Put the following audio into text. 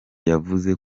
yavuze